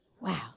Wow